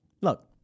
look